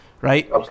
right